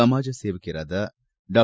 ಸಮಾಜ ಸೇವಕಿಯರಾದ ಡಾ